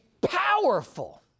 powerful